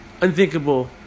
unthinkable